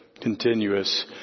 continuous